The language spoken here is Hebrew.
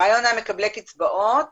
הרעיון היה מקבלי קצבאות